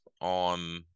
on